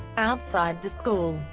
outside the school,